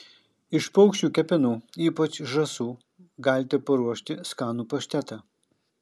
iš paukščių kepenų ypač žąsų galite paruošti skanų paštetą